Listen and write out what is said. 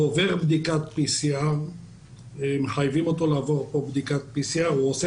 הוא עובר בדיקת PCR. מחייבים אותו לעבור כאן בדיקת PCR והוא עושה